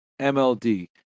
MLD